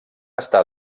estar